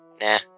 Nah